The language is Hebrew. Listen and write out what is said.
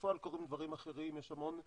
בפועל קורים דברים אחרים, יש המון לחצים.